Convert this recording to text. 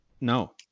No